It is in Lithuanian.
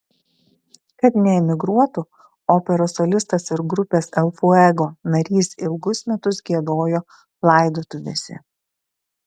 kad neemigruotų operos solistas ir grupės el fuego narys ilgus metus giedojo laidotuvėse